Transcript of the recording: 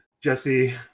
Jesse